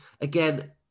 again